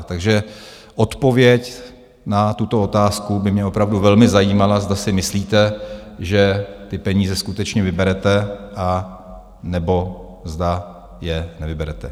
Takže odpověď na tuto otázku by mě opravdu velmi zajímala, zda si myslíte, že ty peníze skutečně vyberete, anebo zda je nevyberete.